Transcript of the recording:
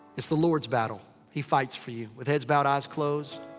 it's the lord's battle. he fights for you. with heads bowed, eyes closed.